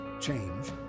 Change